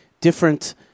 different